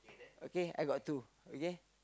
okay I got two okay